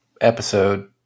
episode